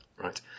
Right